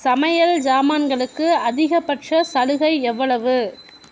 சமையல் சாமான்களுக்கு அதிகபட்ச சலுகை எவ்வளவு